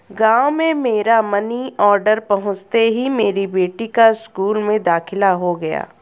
गांव में मेरा मनी ऑर्डर पहुंचते ही मेरी बेटी का स्कूल में दाखिला हो गया